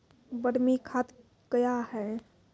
बरमी खाद कया हैं?